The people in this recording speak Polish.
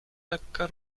lekka